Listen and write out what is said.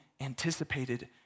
anticipated